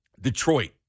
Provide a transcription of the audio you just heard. Detroit